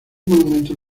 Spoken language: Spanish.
monumento